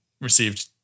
received